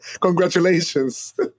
congratulations